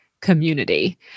community